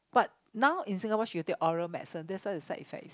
but now in Singapore she got take oral medicine that's why the side effect is